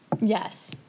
yes